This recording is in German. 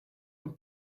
und